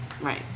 Right